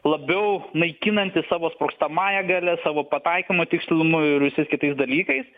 labiau naikinanti savo sprogstamąja galia savo pataikymo tikslumu ir visais kitais dalykais